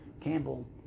Campbell